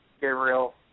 Gabriel